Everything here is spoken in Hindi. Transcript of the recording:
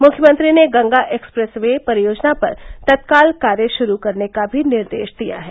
मुख्यमंत्री ने गंगा एक्सप्रेस वे परियोजना पर तत्काल कार्य शुरू करने का भी निर्देश दिया है